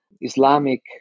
Islamic